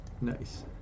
Nice